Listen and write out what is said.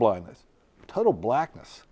blindness total blackness